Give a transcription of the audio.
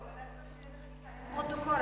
לוועדת השרים לענייני חקיקה אין פרוטוקול,